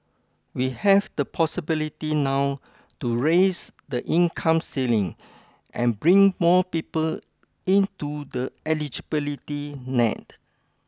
we have the possibility now to raise the income ceiling and bring more people into the eligibility net